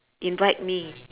invite me